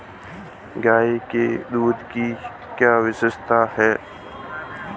गाय के दूध की क्या विशेषता है?